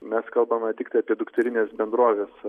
mes kalbame tiktai apie dukterinės bendroves